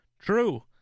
True